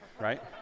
right